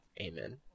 amen